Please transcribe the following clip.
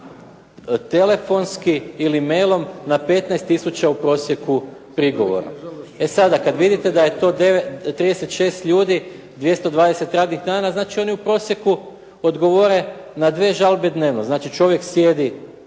telefonski ili mailom na 15 tisuća u prosjeku prigovora. E sada, kad vidite da je to 36 ljudi, 220 radnih dana, znači oni u prosjeku odgovore na dvije žalbe dnevno. Znači, čovjek sjedi